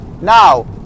now